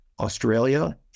Australia